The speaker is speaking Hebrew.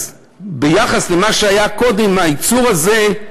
אז ביחס למה שהיה קודם, היצור הזה,